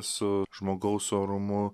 su žmogaus orumu